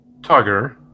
Tugger